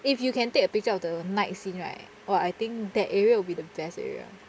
if you can take a picture of the night scene right !wah! I think that area will be the best area